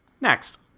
Next